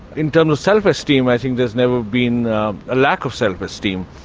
in terms of self-esteem, i think there's never been a lack of self-esteem.